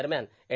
दरम्यान एन